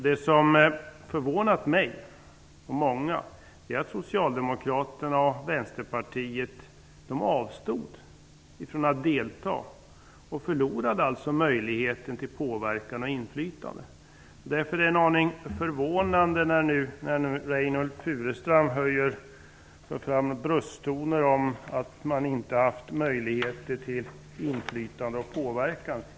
Det som förvånade mig och många andra var att Socialdemokraterna och Vänsterpartiet avstod från att delta, och därmed förlorade möjligheten till påverkan och inflytande. Därför är det en aning förvånande att Reynoldh Furustrand nu tar till brösttoner och säger att man inte har haft möjlighet till inflytande och påverkan.